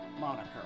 moniker